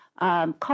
Call